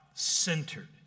centered